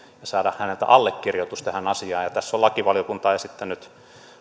saada häneltä allekirjoitus tähän asiaan tästä on lakivaliokunta esittänyt